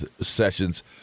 sessions